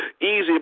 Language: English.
easy